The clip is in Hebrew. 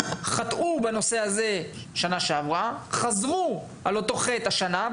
חטאו בנושא הזה שנה שעברה, חזרו על אותו חטא השנה.